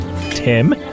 Tim